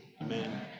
Amen